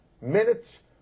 minutes